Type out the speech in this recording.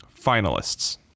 finalists